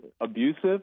abusive